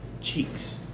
cheeks